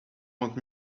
want